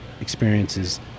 experiences